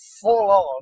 full-on